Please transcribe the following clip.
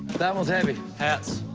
that one's heavy. hats.